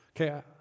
Okay